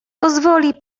pozwoli